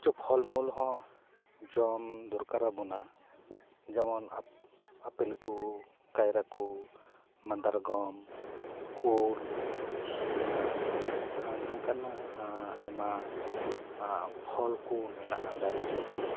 ᱠᱤᱪᱷᱩ ᱯᱷᱚᱞ ᱢᱩᱞ ᱦᱚᱸ ᱡᱚᱢ ᱫᱚᱨᱠᱟᱨ ᱟᱵᱚᱱᱟ ᱡᱮᱢᱚᱱ ᱟᱯᱮᱞ ᱠᱚ ᱠᱟᱭᱨᱟ ᱠᱚ ᱢᱟᱫᱟᱨᱜᱚᱢ ᱩᱞ ᱱᱚᱝᱠᱟᱱᱟᱜ ᱟᱭᱢᱟ ᱯᱷᱚᱞ ᱠᱚ ᱢᱮᱱᱟᱜᱼᱟ ᱫᱟᱨᱮ ᱡᱚ ᱠᱚ